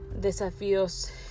desafíos